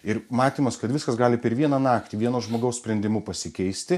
ir matymas kad viskas gali per vieną naktį vieno žmogaus sprendimu pasikeisti